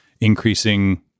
increasing